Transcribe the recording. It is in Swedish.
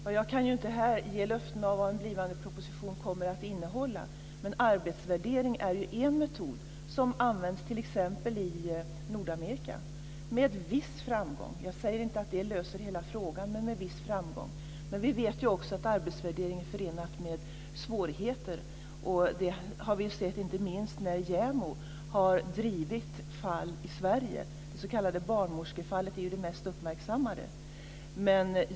Fru talman! Jag kan inte här ge några löften om vad en blivande proposition kommer att innehålla men arbetsvärdering är en metod som används, t.ex. i Nordamerika med viss framgång. Jag säger alltså inte att det löser hela frågan. Vi vet också att arbetsvärdering är förenat med svårigheter. Det har vi sett inte minst när JämO har drivit fall i Sverige. Det s.k. barnmorskefallet är det mest uppmärksammade.